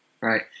right